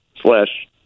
slash